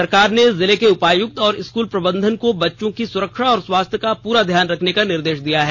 सरकार ने जिले के उपायुक्त और स्कूल प्रबंधन को बच्चों की सुरक्षा और स्वास्थ्य का पूरा ध्यान रखने का निर्देश दिया है